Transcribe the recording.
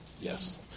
Yes